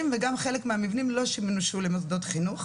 וגם חלק מהמבנים לא ישמשו למוסדות חינוך.